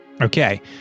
Okay